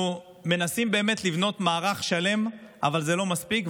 אנחנו מנסים לבנות מערך שלם, אבל זה לא מספיק.